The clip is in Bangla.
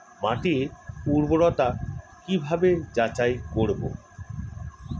মাটির উর্বরতা কি ভাবে যাচাই করব?